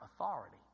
authority